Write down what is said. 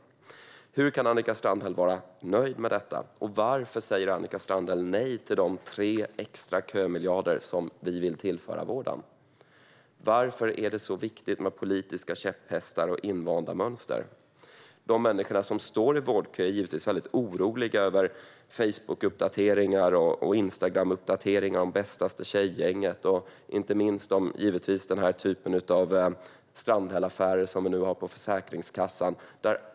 Hur kan Annika Strandhäll vara nöjd med detta, och varför säger Annika Strandhäll nej till de tre extra kömiljarder som vi vill tillföra vården? Varför är det så viktigt med politiska käpphästar och invanda mönster? De människor som står i vårdkö är givetvis oroliga över Facebookuppdateringar och Instagramuppdateringar om bästaste tjejgänget och inte minst över den typ av Strandhällaffärer som vi nu har på Försäkringskassan.